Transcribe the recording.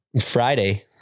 Friday